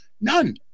none